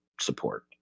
support